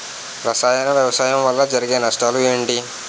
రసాయన వ్యవసాయం వల్ల జరిగే నష్టాలు ఏంటి?